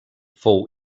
fou